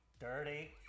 dirty